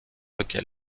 lequel